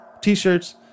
t-shirts